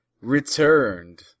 returned